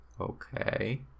Okay